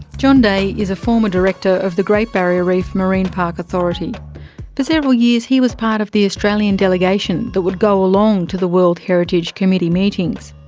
jon day is a former director of the great barrier reef marine park authority. for several years he was part of the australia and delegation that would go along to world heritage committee meetings.